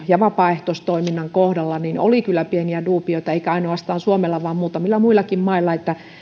ja vapaaehtoistoiminnan kohdalla oli kyllä pieniä duubioita eikä ainoastaan suomella vaan muutamilla muillakin mailla että